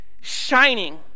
shining